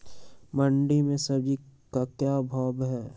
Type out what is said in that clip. मंडी में सब्जी का क्या भाव हैँ?